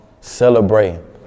celebrating